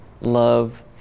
love